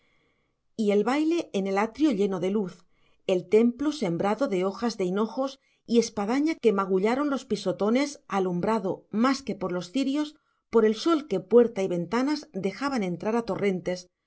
y el baile en el atrio lleno de luz el templo sembrado de hojas de hinojos y espadaña que magullaron los pisotones alumbrado más que por los cirios por el sol que puerta y ventanas dejaban entrar a torrentes